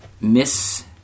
miss